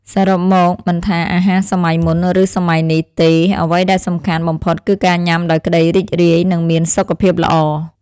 សរុបមកមិនថាអាហារសម័យមុនឬសម័យនេះទេអ្វីដែលសំខាន់បំផុតគឺការញ៉ាំដោយក្តីរីករាយនិងមានសុខភាពល្អ។